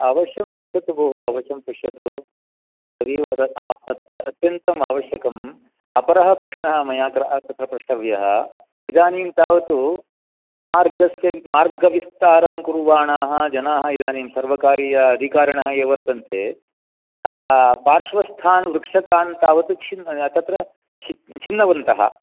अवश्यं पश्यतु भोः अवश्यं पश्यतु तदिव अत्यन्तम् आवश्यकम् अपरः प्रश्नः मया अत्र तत्र प्रष्टव्यः इदानीं तावत् मार्गस्य मार्गविस्तारं कुर्वाणाः जनाः इदानीं सर्वकारीय अधिकारिणः ये वर्तन्ते पार्श्वस्थान् वृक्षकान् तावत् छिन् तत्र छिन्नवन्तः